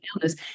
illness